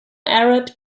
arab